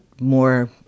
more